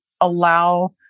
allow